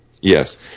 Yes